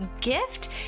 gift